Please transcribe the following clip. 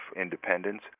independence